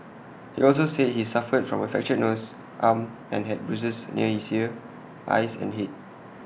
he also said he suffered from A fractured nose arm and had bruises near his ear eyes and Head